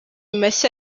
mashya